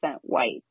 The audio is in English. white